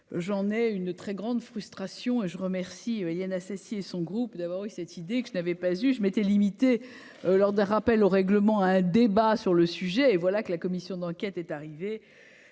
j'en ai une très grande frustration et je remercie Éliane Assassi et son groupe d'abord eu cette idée que je n'avais pas eu, je m'étais limitée lors d'un rappel au règlement à un débat sur le sujet, et voilà que la commission d'enquête est arrivé